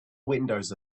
windows